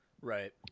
Right